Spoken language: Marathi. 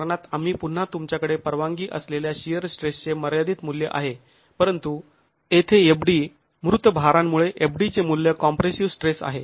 आणि पुन्हा तुमच्याकडे परवानगी असलेल्या शिअर स्ट्रेसचे मर्यादित मूल्य आहे परंतु येथे fd मृत भारांमुळे fd चे मूल्य कॉम्प्रेसिव स्ट्रेस आहे